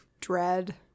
dread